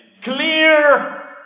Clear